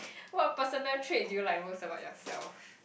what personal trait do you like most about yourself